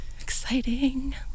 exciting